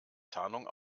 tarnung